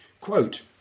quote